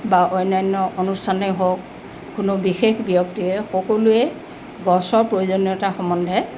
বা অন্যান্য অনুষ্ঠানেই হওক কোনো বিশেষ ব্যক্তিয়ে সকলোৱে গছৰ প্ৰয়োজনীয়তা সম্বন্ধে